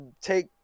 take